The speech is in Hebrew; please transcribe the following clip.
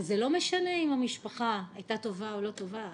וזה לא משנה אם המשפחה הייתה טובה או לא טובה,